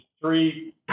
three